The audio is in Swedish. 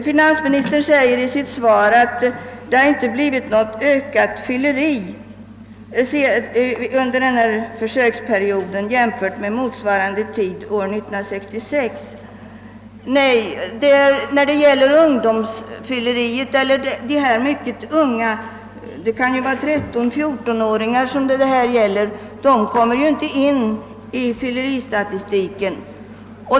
Finansministern säger i sitt svar att det inte har blivit något ökat fylleri under denna försöksperiod jämfört med motsvarande tid 1966. Nej, de mycket unga — det kan vara 13—14-åringar som det gäller här — medtages inte i fylleristatistiken.